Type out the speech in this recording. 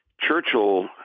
Churchill